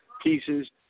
pieces